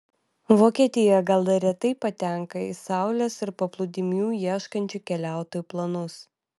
vokietija gal ir retai patenka į saulės ir paplūdimių ieškančių keliautojų planus